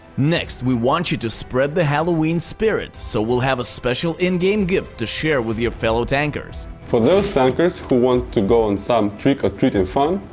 next, we want you to spread the halloween spirit, so we'll have a special in-game gift to share with your fellow tankers. for those tankers who want to go on some trick-or-treating fun,